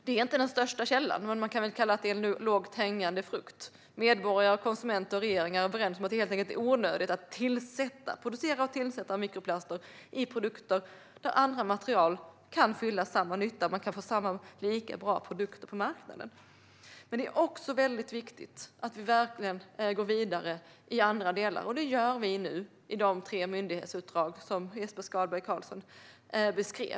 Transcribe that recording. Det är inte den största källan, men man kan säga att det är en lågt hängande frukt. Medborgare, konsumenter och regeringar är överens om att det helt enkelt är onödigt att producera och tillsätta mikroplaster i produkter där andra material kan fylla samma nytta och man kan få lika bra produkter på marknaden. Det är också mycket viktigt att vi verkligen går vidare i andra delar. Det gör vi nu i de tre myndighetsuppdrag som Jesper Skalberg Karlsson beskrev.